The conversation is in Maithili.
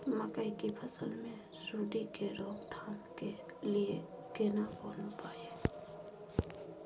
मकई की फसल मे सुंडी के रोक थाम के लिये केना कोन उपाय हय?